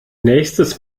nächstes